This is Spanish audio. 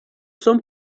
son